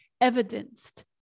evidenced